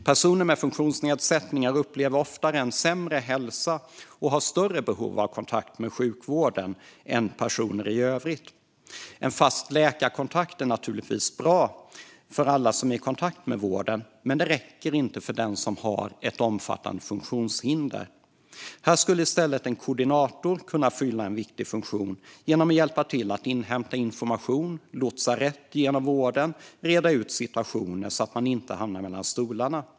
Personer med funktionsnedsättningar upplever oftare en sämre hälsa och har större behov av kontakt med sjukvården än personer i övrigt. En fast läkarkontakt är naturligtvis bra för alla som är i kontakt med vården, men det räcker inte för den som har ett omfattande funktionshinder. Här skulle i stället en koordinator kunna fylla en viktig funktion genom att hjälpa till att inhämta information, lotsa rätt inom vården och reda ut situationer så att man inte hamnar mellan stolarna.